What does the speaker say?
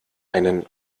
einen